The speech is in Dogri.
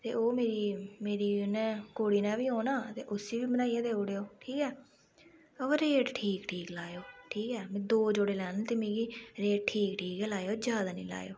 ते ओह् मेरी मेरी उन्नै कुड़ी नै बी औना ते उसी बी बनाइयै देई ओड़ेओ ठीक ऐ अवा रेट ठीक ठीक लाएओ ठीक ऐ में दो जोड़े लैने न ते मिगी रेट ठीक ठीक गै लाएओ जादै नी लाएओ